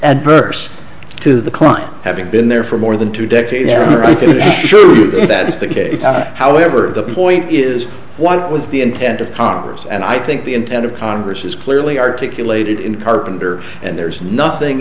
adverse to the crime having been there for more than two decades there are sure that is the case however the point is what was the intent of congress and i think the intent of congress is clearly articulated in carpenter and there's nothing